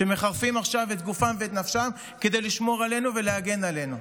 שמחרפים עכשיו את גופם ואת נפשם כדי לשמור עלינו ולהגן עלינו.